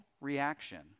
reaction